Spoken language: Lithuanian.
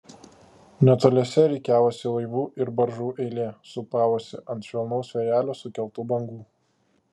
netoliese rikiavosi laivų ir baržų eilė sūpavosi ant švelnaus vėjelio sukeltų bangų